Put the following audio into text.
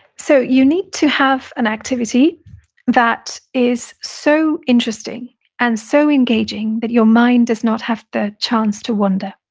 so, you need to have an activity that is so interesting and so engaging that your mind does not have the chance to wander.